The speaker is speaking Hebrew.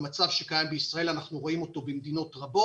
אנחנו רואים את המצב שקיים בישראל גם במדינות רבות,